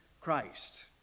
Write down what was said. Christ